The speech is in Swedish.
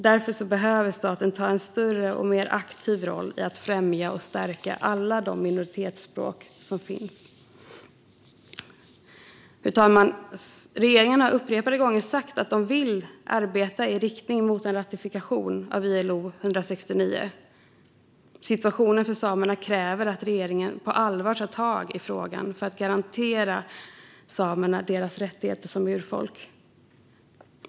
Därför behöver staten ta en större och mer aktiv roll i att främja och stärka alla minoritetsspråken. Fru talman! Regeringen har upprepade gånger sagt att de vill arbeta i riktning mot en ratifikation av ILO 169. Situationen för samerna kräver att regeringen på allvar tar tag i frågan för att garantera samerna deras rättigheter som urfolk.